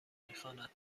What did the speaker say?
میخواند